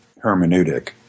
hermeneutic